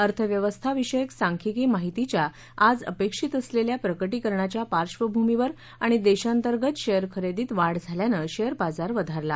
अर्थव्यवस्था विषयक सांख्यिकी माहितीच्या आज अपेक्षित असलेल्या प्रकटीकरणाच्या पार्कभूमीवर आणि देशांतर्गत शेअर खरेदीत वाढ झाल्यानं शेअर बाजार वधारला